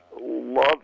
love